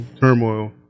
turmoil